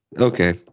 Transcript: okay